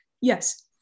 yes